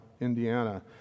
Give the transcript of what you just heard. indiana